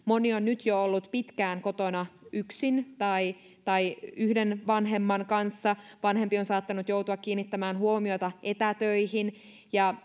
on nyt jo ollut pitkään kotona yksin tai tai yhden vanhemman kanssa vanhempi on saattanut joutua kiinnittämään huomiota etätöihin ja